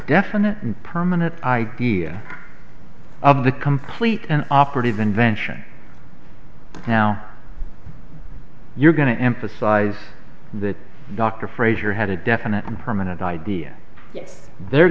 definite permanent idea of the complete and operative invention now you're going to emphasize that dr frasier had a definite and permanent idea they're